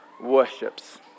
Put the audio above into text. worships